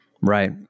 Right